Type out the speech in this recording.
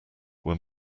were